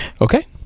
Okay